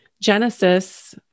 Genesis